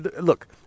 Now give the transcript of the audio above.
Look